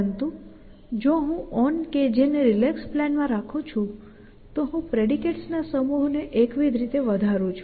પરંતુ જો હું On KJ ને રિલેક્સ પ્લાન માં રાખું છું તો હું પ્રેડિકેટ્સ ના સમૂહને એકવિધ રીતે વધારું છું